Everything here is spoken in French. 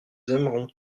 aimeront